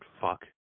fuck